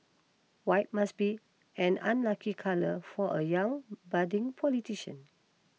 white must be an unlucky colour for a young budding politician